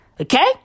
okay